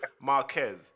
Marquez